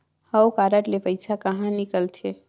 हव कारड ले पइसा कहा निकलथे?